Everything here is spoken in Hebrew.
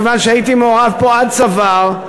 מכיוון שהייתי מעורב פה עד צוואר,